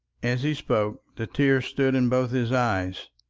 as he spoke the tears stood in both his eyes.